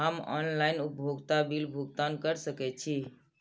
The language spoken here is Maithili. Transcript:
हम ऑनलाइन उपभोगता बिल भुगतान कर सकैछी?